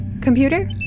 Computer